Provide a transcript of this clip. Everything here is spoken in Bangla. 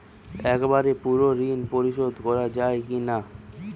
একবারে পুরো ঋণ পরিশোধ করা যায় কি না?